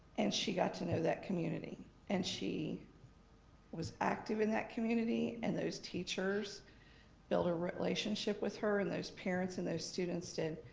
and she got to know that community and she was active in that community and those teachers built a relationship with her and those parents and those students did.